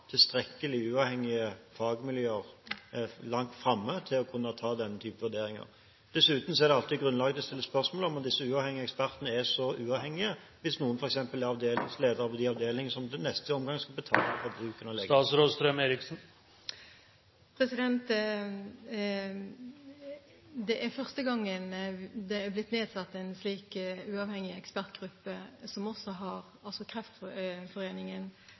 tilstrekkelig uavhengige fagmiljøer langt framme til å kunne ta denne typen vurderinger. Dessuten er det alltid grunnlag for å stille spørsmål ved om disse uavhengige ekspertene er så uavhengige – hvis noen f.eks. er avdelingsledere ved de avdelingene som i neste omgang skal betale for bruken av legemidlene. Det er første gangen det er blitt nedsatt en slik uavhengig ekspertgruppe som også har med Kreftforeningen